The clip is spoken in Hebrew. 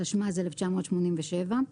התשמ"ז-1987,